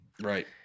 Right